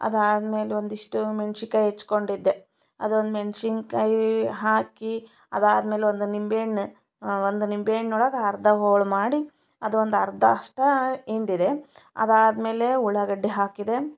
ಅದಾದ್ಮೇಲೆ ಒಂದಿಷ್ಟು ಮೆಣ್ಸಿನ್ಕಾಯಿ ಹೆಚ್ಚಿಕೊಂಡಿದ್ದೆ ಅದೊಂದು ಮೆಣಸಿನ್ಕಾಯಿ ಹಾಕಿ ಅದಾದ್ಮೇಲೆ ಒಂದು ನಿಂಬೆಹಣ್ಣು ಒಂದು ನಿಂಬೆ ಹಣ್ಣೊಳ್ಗೆ ಅರ್ಧ ಹೋಳು ಮಾಡಿ ಅದೊಂದು ಅರ್ಧ ಅಷ್ಟೆ ಹಿಂಡಿದೆ ಅದಾದಮೇಲೆ ಉಳ್ಳಾಗಡ್ಡಿ ಹಾಕಿದೆ